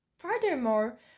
Furthermore